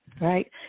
right